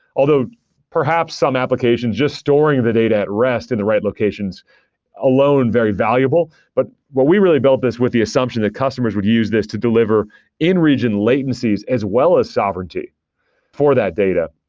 although perhaps some application, just storing the data at rest in the right locations alone very valuable. but what we really build this with the assumption that customers would use this to deliver in region latencies as well as sovereignty for that data.